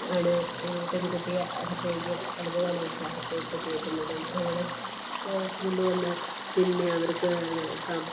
ആണ് പെൺകുട്ടിയെ അകത്തേക്ക് വലതുകാൽ വെച്ച് അകത്തേക്കു കയറ്റുന്നതും അവിടെ കൊ കൊണ്ടു വന്ന് പിന്നെ അവർക്കു പ